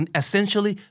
essentially